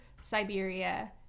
Siberia